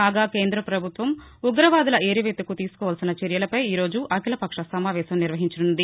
కాగా కేంద్రపభుత్వం ఉగ్రవాదుల ఏరివేతకు తీసుకోవాల్సిన చర్యలపై ఈ రోజు అఖిలపక్ష సమావేశం నిర్వహించనుంది